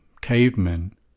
cavemen